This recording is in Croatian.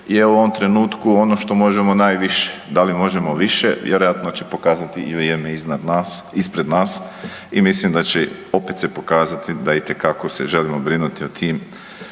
je u ovom trenutku ono što možemo najviše. Da li možemo više? Vjerojatno će pokazati i vrijeme ispred nas i mislim da će opet se pokazati da itekako se želimo brinuti o tim